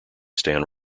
stan